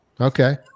okay